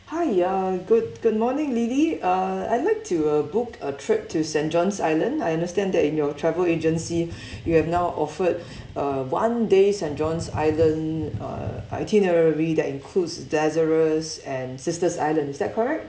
hi ya good good morning lily uh I'd like to uh book a trip to saint john's island I understand that in your travel agency you have now offered a one day saint john's island uh itinerary that includes lazarus and sister's island is that correct